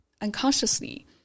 unconsciously